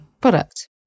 product